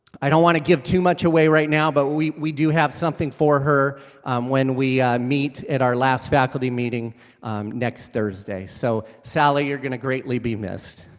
i don't want to give too much away right now but we we do have something for her when we meet at our last faculty meeting next thursday so sallie you're gonna greatly be missed.